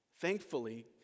thankfully